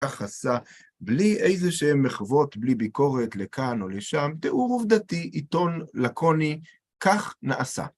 כך עשה, בלי איזה שהן מחוות, בלי ביקורת לכאן או לשם, תיאור עובדתי, עיתון לקוני, כך נעשה.